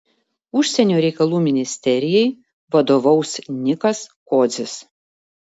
užsienio reikalų ministerijai vadovaus nikas kodzis